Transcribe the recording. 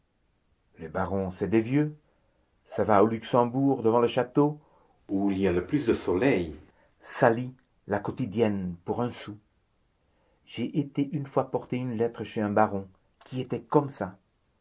les barons c'est des vieux ça va au luxembourg devant le château où il y a le plus de soleil ça lit la quotidienne pour un sou j'ai été une fois porter une lettre chez un baron qui était comme ça